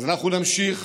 אז אנחנו נמשיך